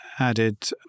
added